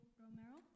romero